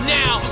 now